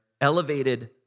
elevated